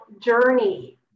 journey